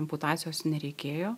amputacijos nereikėjo